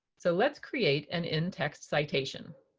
so let's create an in-text citation.